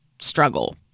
struggle